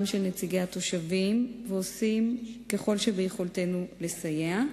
של נציגי התושבים ועושים כל שביכולתנו לסייע,